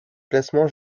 classement